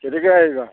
কেতিয়াকৈ আহিবা